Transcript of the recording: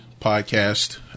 podcast